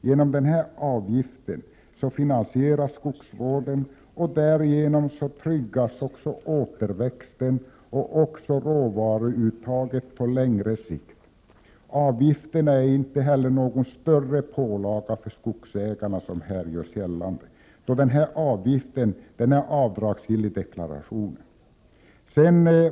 Genom denna avgift finansieras skogsvården, och därigenom tryggas återväxten och även råvaruttaget på längre sikt. Avgiften är inte heller någon större pålaga för skogsägarna, som här görs gällande, då den är avdragsgill i deklarationen.